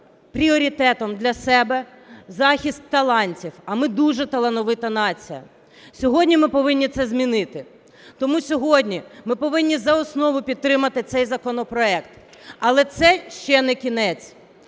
пріоритетом для себе захист талантів, а ми дуже талановита нація. Сьогодні ми повинні це змінити. Тому сьогодні ми повинні за основу підтримати цей законопроект. Але це ще не кінець.